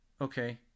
Okay